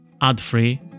ad-free